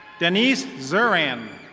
denise zuram.